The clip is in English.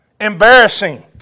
Embarrassing